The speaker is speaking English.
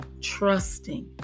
Trusting